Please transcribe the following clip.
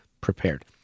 prepared